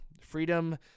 freedom